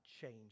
change